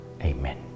Amen